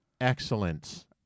excellence